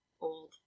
old